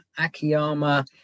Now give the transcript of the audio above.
Akiyama